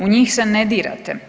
U njih se ne dirate.